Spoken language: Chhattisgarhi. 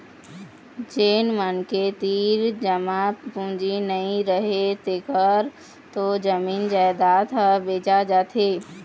जेन मनखे तीर जमा पूंजी नइ रहय तेखर तो जमीन जयजाद ह बेचा जाथे